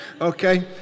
Okay